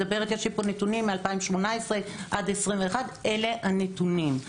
יש לי נתונים מ-2018 עד 21'. אלה הנתונים.